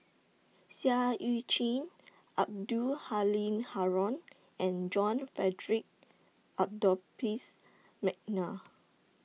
Seah EU Chin Abdul Halim Haron and John Frederick Adore Piss Mcnair